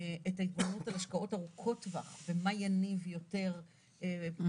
את ההתבוננות על השקעות ארוכות טווח ומה יניב יותר פריון.